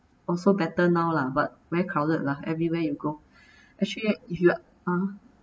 also better now lah but very crowded lah everywhere you go actually if you are